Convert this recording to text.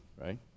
right